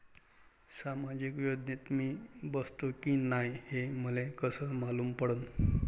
सामाजिक योजनेत मी बसतो की नाय हे मले कस मालूम पडन?